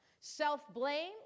self-blame